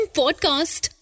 podcast